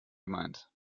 gemeint